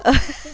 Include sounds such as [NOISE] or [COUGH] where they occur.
uh [LAUGHS]